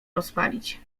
rozpalić